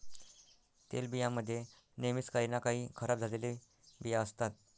तेलबियां मध्ये नेहमीच काही ना काही खराब झालेले बिया असतात